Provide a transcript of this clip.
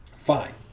fine